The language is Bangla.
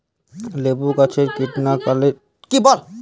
লেবু গাছে লীফকার্লের উপসর্গ গুলি কি কী?